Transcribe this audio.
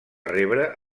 rebre